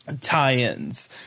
tie-ins